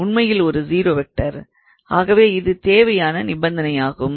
ஆகவே இது தேவையான நிபந்தனை ஆகும்